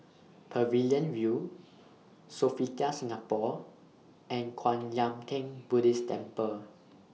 Pavilion View Sofitel Singapore and Kwan Yam Theng Buddhist Temple